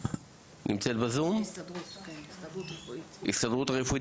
אחת מהדרישות הייתה הפעלת